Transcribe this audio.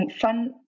Fun